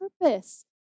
purpose